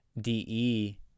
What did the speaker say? DE